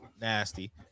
nasty